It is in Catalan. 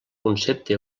concepte